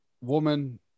woman